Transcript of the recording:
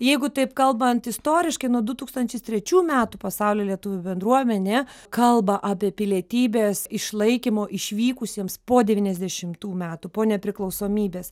jeigu taip kalbant istoriškai nuo du tūkstančis trečių metų pasaulio lietuvių bendruomenė kalba apie pilietybės išlaikymo išvykusiems po devyniasdešimtų metų po nepriklausomybės